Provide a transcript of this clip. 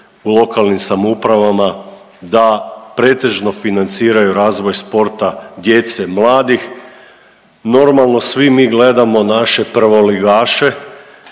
u lokalnim samoupravama da pretežno financiraju razvoj sporta djece, mladih, normalno, svi mi gledamo naše prvoligaše,